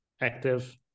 active